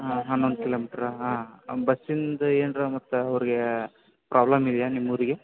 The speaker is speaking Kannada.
ಹಾಂ ಹನ್ನೊಂದು ಕಿಲೋಮೀಟರ ಹಾಂ ಬಸ್ಸಿಂದ ಏನರ ಮತ್ತೆ ಅವರಿಗೆ ಪ್ರಾಬ್ಲಮ್ ಇದೆಯ ನಿಮ್ಮ ಊರಿಗೆ